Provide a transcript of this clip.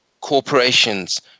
corporations